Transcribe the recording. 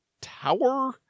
tower